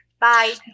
Bye